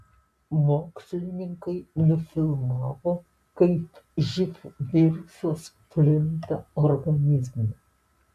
mokslininkai nufilmavo kaip živ virusas plinta organizme